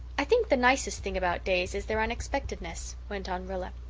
i think the nicest thing about days is their unexpectedness, went on rilla.